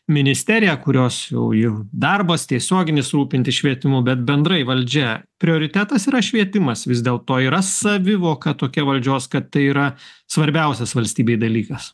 ministeriją kurios jau jau darbas tiesioginis rūpintis švietimu bet bendrai valdžia prioritetas yra švietimas vis dėl to yra savivoka tokia valdžios kad tai yra svarbiausias valstybei dalykas